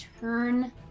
turn